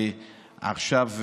ועכשיו,